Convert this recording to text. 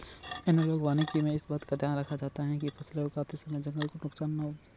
analogue वानिकी में इस बात का ध्यान रखा जाता है कि फसलें उगाते समय जंगल को नुकसान ना हो